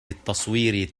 التصوير